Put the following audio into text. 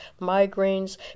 migraines